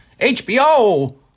HBO